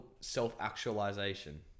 self-actualization